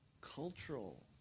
cultural